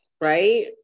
right